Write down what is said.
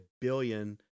billion